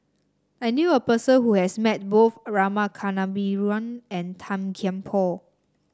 I knew a person who has met both Rama Kannabiran and Tan Kian Por